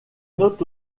note